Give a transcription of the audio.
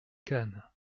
cannes